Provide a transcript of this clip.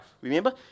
Remember